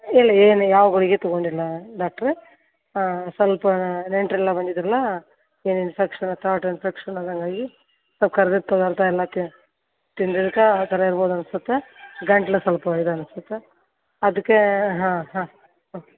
ಇಲ್ಲ ಏನೂ ಯಾವ ಗುಳಿಗೆ ತೊಗೊಂಡಿಲ್ಲ ಡಾಕ್ಟ್ರೆ ಸಲ್ಪ ನೆಂಟರೆಲ್ಲ ಬಂದಿದ್ದರಲ್ಲ ಏನೋ ಇನ್ಫೆಕ್ಷನ್ ತ್ರೋಟ್ ಇನ್ಫೆಕ್ಷನ್ ಆದಂಗಾಗಿ ಸಲ್ಪ ಕರ್ದಿದ್ದ ಪದಾರ್ಥ ಎಲ್ಲ ತಿಂದಿದ್ಕೆ ಆ ಥರ ಇರ್ಬೋದು ಅನ್ಸತ್ತೆ ಗಂಟ್ಲು ಸಲ್ಪ ಇದು ಅನ್ಸತ್ತೆ ಅದಕ್ಕೆ ಹಾಂ ಹಾಂ ಹಾಂ